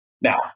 Now